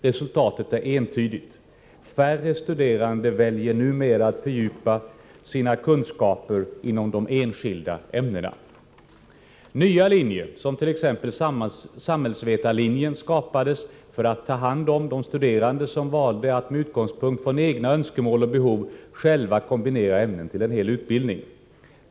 Resultatet är entydigt; färre studerande väljer numera att fördjupa sina kunskaper inom de enskilda ämnena. Nya linjer, t.ex. samhällsvetarlinjen, skapades för att ta hand om de studerande som valde att med utgångspunkt i egna önskemål och behov själva kombinera ämnen till en hel utbildning.